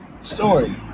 story